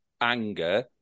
anger